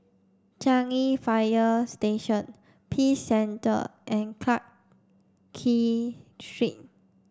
Changi Fire Station Peace Centre and Clarke Street